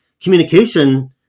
communication